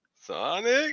Sonic